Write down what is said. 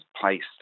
placed